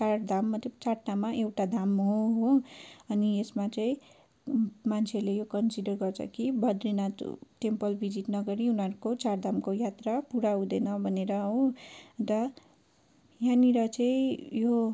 चारधाम मतलब चारवटामा एउटा धाम हो अनि यसमा चाहिँ मान्छेहरूले यो कन्सिडर गर्छ कि बद्रीनाथ टेम्पल भिजिट नगरी उनीहरूको चारधामको यात्रा पुरा हुँदैन भनेर हो अन्त यहाँनिर चाहिँ यो